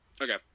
okay